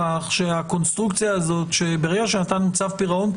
שהקונסטרוקציה הזאת שברגע שאתה נמצא בפירעון,